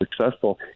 successful